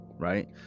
Right